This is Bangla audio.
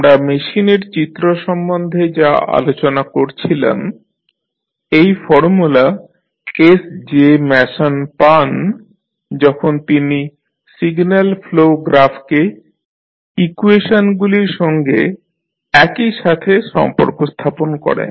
আমরা মেশিনের চিত্র সম্বন্ধে যা আলোচনা করছিলাম এই ফর্মুলা এস জে ম্যাসন পান যখন তিনি সিগন্যাল ফ্লো গ্রাফকে ইকুয়েশনগুলির সঙ্গে একই সাথে সম্পর্ক স্থাপন করেন